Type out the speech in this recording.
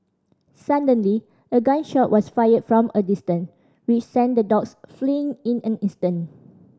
suddenly a gun shot was fired from a distance which sent the dogs fleeing in an instant